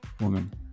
woman